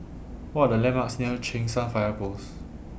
What Are The landmarks near Cheng San Fire Post